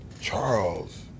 Charles